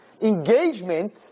engagement